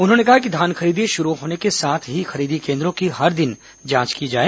उन्होंने कहा कि धान खरीदी शुरू होने के साथ ही खरीदी केन्द्रों की हर दिन जांच की जाए